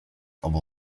obu